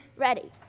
ready.